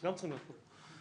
תודה.